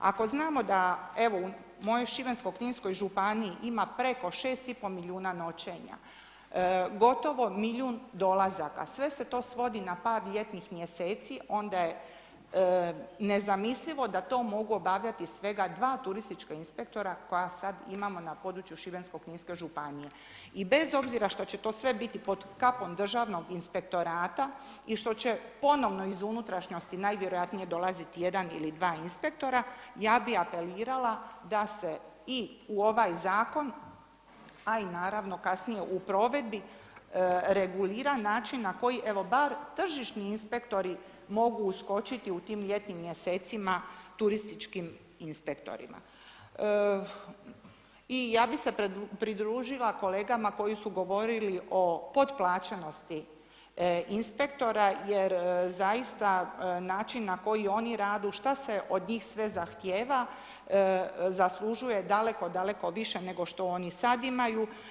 Ako znamo da, evo u mojoj Šibensko-kninskoj županiji ima preko 6,5 milijuna noćenja, gotovo milijun dolazaka, sve se to svodi na par ljetnih mjeseci, onda je nezamislivo da to mogu obavljati svega dva turistička inspektora koja sad imamo na području Šibensko-kninske županije, i bez obzira što će to sve biti pod kapom državnog inspektorata i što će ponovno iz unutrašnjosti najvjerojatnije dolaziti jedan ili dva inspektora ja bih apelirala da se i u ovaj Zakon a i naravno kasnije u provedbi regulira način na koji evo bar tržišni inspektori mogu uskočiti u tim ljetnim mjesecima turističkim inspektorima i ja bi se pridružila kolegama koji su govorili o potplaćenosti inspektora jer zaista način na koji oni rade, što se od njih sve zahtijeva zaslužuje daleko, daleko više nego što oni sad imaju.